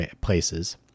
places